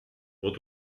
what